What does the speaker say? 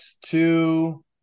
two